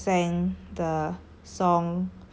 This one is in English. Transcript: my idol sang the